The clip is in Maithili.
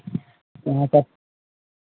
वहाँपर